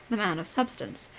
the man of substance.